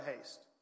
haste